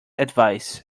advice